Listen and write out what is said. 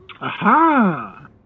Aha